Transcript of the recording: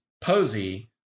Posey